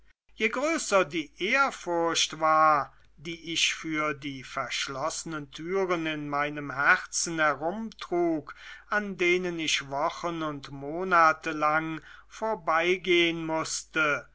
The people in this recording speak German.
je größer die ehrfurcht war die ich für die verschlossenen türen in meinem herzen herumtrug an denen ich wochen und monatelang vorbeigehen mußte